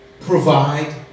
provide